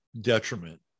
detriment